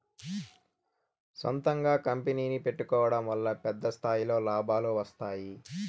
సొంతంగా కంపెనీ పెట్టుకోడం వల్ల పెద్ద స్థాయిలో లాభాలు వస్తాయి